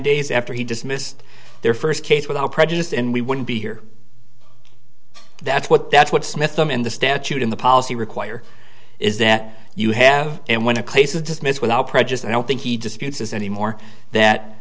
days after he dismissed their first case without prejudice and we wouldn't be here that's what that's what smith i'm in the statute in the policy require is that you have and when a case is dismissed without prejudice i don't think he disputes this anymore that